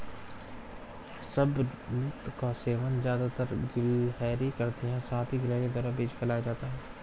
शाहबलूत का सेवन ज़्यादातर गिलहरी करती है साथ ही गिलहरी द्वारा बीज फैलाया जाता है